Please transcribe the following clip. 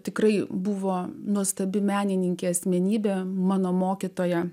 tikrai buvo nuostabi menininkė asmenybė mano mokytoja